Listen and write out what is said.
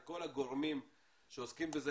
את כל הגורמים שעוסקים בזה,